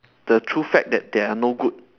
the true fact that they are no good